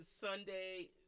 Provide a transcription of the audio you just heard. Sunday